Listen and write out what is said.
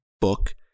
book